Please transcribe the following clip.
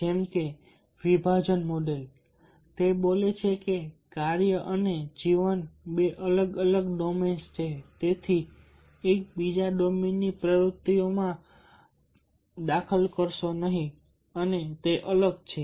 જેમકે વિભાજન મોડેલ બોલે છે કે કાર્ય અને જીવન બે અલગ અલગ ડોમેન્સ છે તેથી એક બીજા ડોમેનની પ્રવૃત્તિઓમાં દખલ કરશે નહીં અને તે અલગ છે